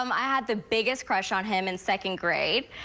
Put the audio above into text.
um i had the biggest crush on him in second grade,